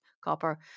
copper